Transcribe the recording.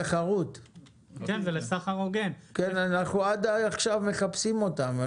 אנחנו עד עכשיו מחפשים אותם.